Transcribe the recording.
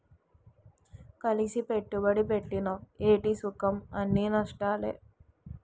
కలిసి పెట్టుబడి పెట్టినవ్ ఏటి సుఖంఅన్నీ నష్టాలే